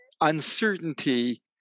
uncertainty